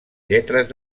lletres